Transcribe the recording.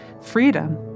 freedom